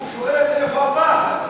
הוא שואל איפה הפחד?